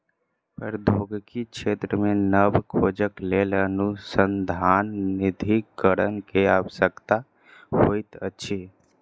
प्रौद्योगिकी क्षेत्र मे नब खोजक लेल अनुसन्धान निधिकरण के आवश्यकता होइत अछि